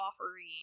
offering